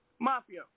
mafia